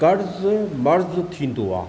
कर्ज़ मर्ज़ थींदो आहे